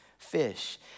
fish